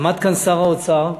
עמד כאן שר האוצר ודיבר,